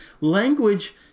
Language